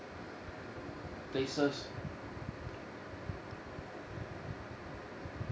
places